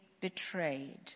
betrayed